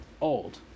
old